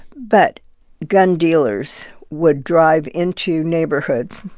but gun dealers would drive into neighborhoods,